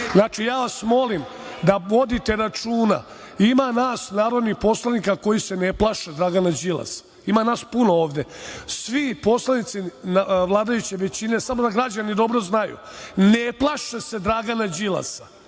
Ja vas molim da vodite računa. Ima nas narodnih poslanika koji se ne plaše Dragana Đilasa, ima nas puno ovde. Svi poslanici vladajuće većine, samo da građani dobro znaju, ne plaše se Dragana Đilasa,